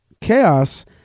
chaos